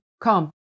come